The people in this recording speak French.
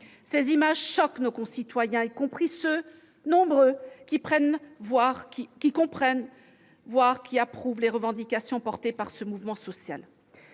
Ces images choquent nos concitoyens, y compris ceux, nombreux, qui comprennent, voire approuvent les revendications défendues par ce mouvement social.